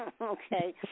okay